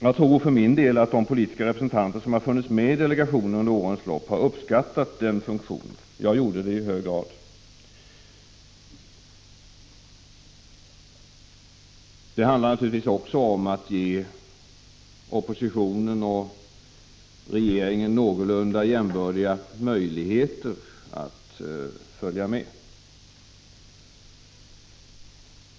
Jag tror för min del att de olika representanter som varit med i datadelegationen under årens lopp har uppskattat uppgiften. Jag gjorde det i hög grad. Det här handlar naturligtvis också om att ge oppositionen och regeringen någorlunda jämbördiga möjligheter att följa med.